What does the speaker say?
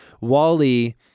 Wally